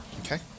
Okay